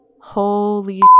holy